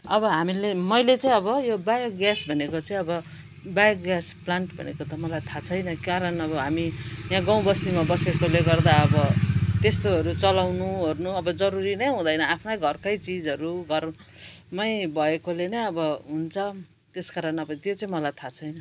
अब हामीले मैले चाहिँ अब यो बायो ग्यास भनेको चाहिँ अब यो बायो ग्यास प्लान्ट भनेको त मलाई थाहा छैन कारण अब हामी यहाँ गाउँ बस्तीमा बसेकोले गर्दा अब त्यस्तोहरू चलाउनु ओर्नु अब जरुरी नै हुँदैन आफ्नै घरकै चिजहरू घरमै भएकोले नै अब हुन्छ त्यसकारण अब त्यो चाहिँ मलाई थाहा छैन